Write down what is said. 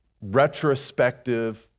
retrospective